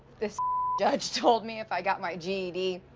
this judge told me, if i got my ged,